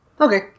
Okay